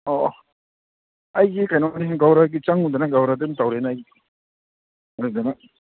ꯑꯧ ꯑꯩꯁꯦ ꯀꯩꯅꯣꯅꯤ ꯘꯧꯔꯒꯤ ꯆꯪꯉꯨꯗꯅ ꯘꯧꯔꯗ ꯑꯗꯨꯝ ꯇꯧꯔꯦꯅꯦ ꯑꯗꯨꯗꯨꯅ